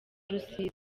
rusizi